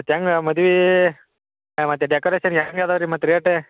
ಮತ್ತು ಹ್ಯಾಂಗ ಮದ್ವಿ ಮತ್ತು ಡೆಕೋರೇಷನ್ ಹೆಂಗೆ ಅದಾವ ರೀ ಮತ್ತು ರೇಟ